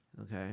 Okay